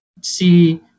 see